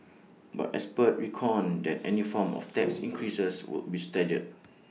but experts reckoned that any form of tax increases would be staggered